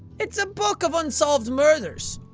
it's a book of unsolved murders.